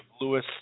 Lewis